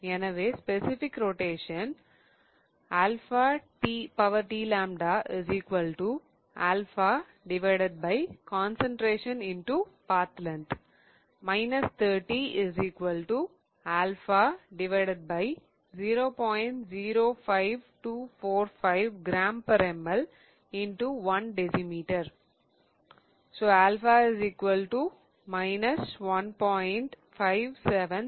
எனவே specific rotation 𝛼 1